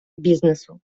бізнесу